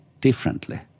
differently